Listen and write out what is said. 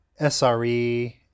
SRE